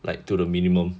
like to the minimum